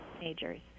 majors